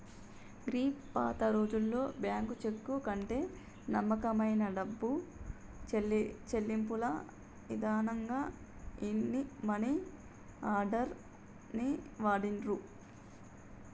గీ పాతరోజుల్లో bank cheque కంటే నమ్మకమైన డబ్బు చెల్లింపుల ఇదానంగా మనీ ఆర్డర్ ని వాడిర్రు